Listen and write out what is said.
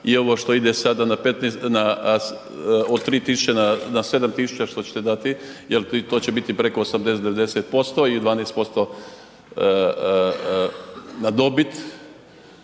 i ovo što ide sada od 3 tisuće na 7 tisuća što ćete dati jer to će biti preko 80, 90% i 12% na dobit.